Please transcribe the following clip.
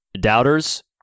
Doubters